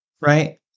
right